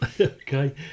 Okay